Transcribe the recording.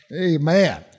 Amen